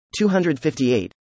258